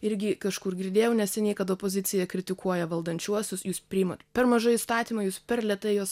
irgi kažkur girdėjau neseniai kad opozicija kritikuoja valdančiuosius jūs priimat per mažai įstatymų jūs per lėtai juos